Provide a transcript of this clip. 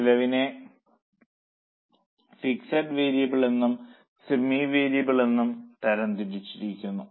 ചെലവിനെ fixed variable എന്നും semi variable എന്നും തരംതിരിച്ചിരിക്കുന്നു